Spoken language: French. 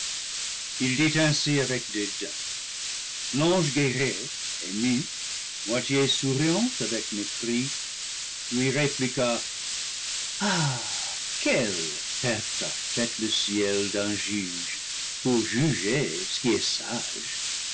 il dit ainsi avec dédain l'ange guerrier ému moitié souriant avec mépris lui répliqua ah quelle perte a faite le ciel d'un juge pour juger ce qui est sage